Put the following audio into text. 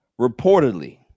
reportedly